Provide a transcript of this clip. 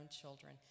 children